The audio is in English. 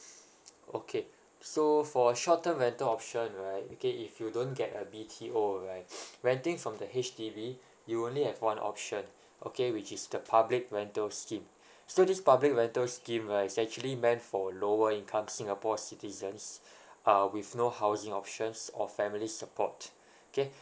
okay so for shorter rental option right okay if you don't get a B_T_O right renting from the H_D_B you only have one option okay which is the public rental scheme so this public rental scheme right is actually meant for lower income singapore citizens uh with no housing options or family support okay